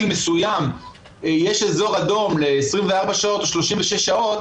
מסוים יש אזור אדום ל-24 שעות או ל-36 שעות